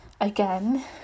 Again